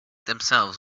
themselves